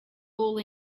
all